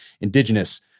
indigenous